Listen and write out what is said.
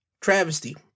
travesty